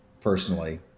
personally